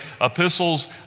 epistles